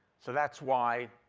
so that's why